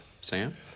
Sam